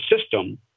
system